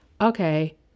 okay